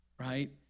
right